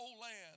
land